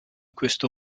questo